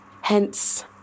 Hence